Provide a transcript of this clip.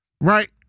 Right